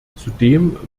zudem